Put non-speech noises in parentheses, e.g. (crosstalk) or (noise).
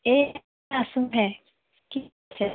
এই (unintelligible)